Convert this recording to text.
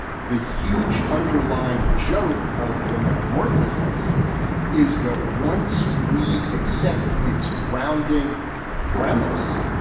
the huge underlying joke of the metamorphosis is that once we accept its grounding premise,